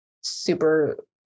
super